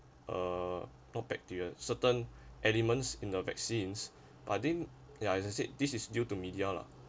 uh more bacteria certain elements in the vaccines but then ya as i said this is due to media lah